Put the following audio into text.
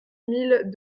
mille